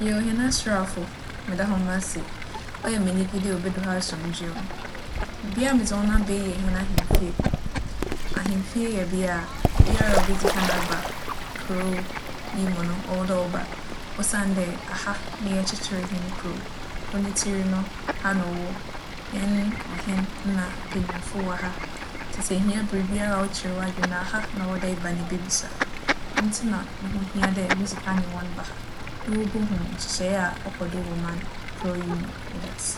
Nyoo, hɛn aserafo Meda hom ase! ͻyɛ me enyigye dɛ woebodur ha asomdwee mu. Bea a medze hͻn aba yi yɛ hɛn ahemfie. Ahemfie yɛ bea a obiara a obedzi kan aba kurow yi mu no, ͻwͻ dɛ ͻba osiandɛ ha na yɛkyekyer hɛn kurow. Kurow ne tsir no, ha na ͻwͻ. Hɛn ͻhen na mpanyimfo wͻ ha, ntsi sɛ ihia biribiara a ͻkyer w'adwen a, ha na ͻwͻ dɛ eba na ibebisa. ͻno ntsi na no ho hia dɛ midzi kan nye hͻn ba ha na wobohu nhyehyɛɛ a ͻkͻ do wͻ ͻman - kurow yi mu. Meda ase!